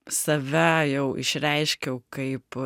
save jau išreiškiau kaip